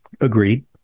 agreed